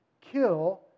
kill